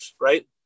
right